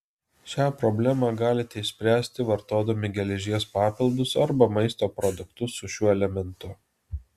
šią problemą galite išspręsti vartodami geležies papildus arba maisto produktus su šiuo elementu